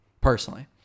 personally